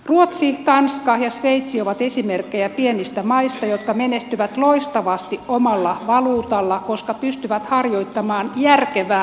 ruotsi tanska ja sveitsi ovat esimerkkejä pienistä maista jotka menestyvät loistavasti omalla valuutalla koska pystyvät harjoittamaan järkevää talouspolitiikkaa